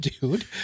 dude